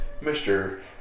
Mr